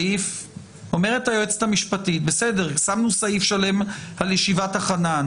אומרת היועצת המשפטית ששמנו סעיף שלם על ישיבת הכנה,